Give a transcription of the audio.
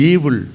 Evil